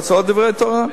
אתה רוצה עוד דברי תורה?